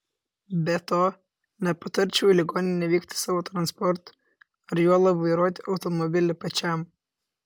be to nepatarčiau į ligoninę vykti savo transportu ar juolab vairuoti automobilį pačiam